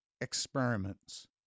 experiments